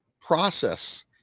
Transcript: process